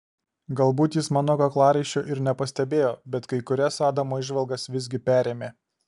galbūt jis mano kaklaraiščio ir nepastebėjo bet kai kurias adamo įžvalgas visgi perėmė